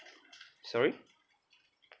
sorry